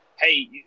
hey